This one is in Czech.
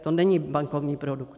To není bankovní produkt.